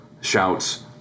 shouts